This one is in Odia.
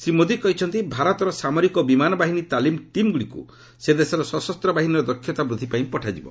ଶ୍ରୀ ମୋଦି କହିଛନ୍ତି ଭାରତର ସାମରିକ ଓ ବିମାନ ବାହିନୀ ତାଲିମ୍ ଟିମ୍ଗୁଡ଼ିକୁ ସେ ଦେଶର ସଶସ୍ତ ବାହିନୀର ଦକ୍ଷତା ବୃଦ୍ଧି ପାଇଁ ପଠାଯିବ